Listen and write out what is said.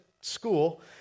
school